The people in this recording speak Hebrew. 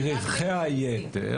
מרווחי היתר,